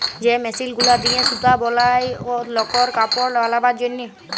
যে মেশিল গুলা দিয়ে সুতা বলায় লকর কাপড় বালাবার জনহে